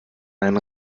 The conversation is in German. einem